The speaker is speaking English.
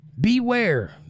Beware